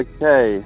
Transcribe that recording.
Okay